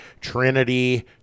Trinity